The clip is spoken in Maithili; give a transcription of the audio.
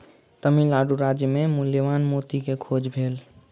तमिल नाडु राज्य मे मूल्यवान मोती के खोज भेल